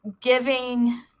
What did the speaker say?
giving